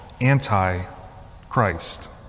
anti-Christ